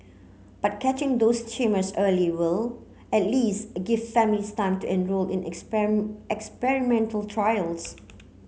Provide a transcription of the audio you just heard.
but catching those tumours early will at least give families time to enrol in experimental trials